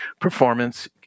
Performance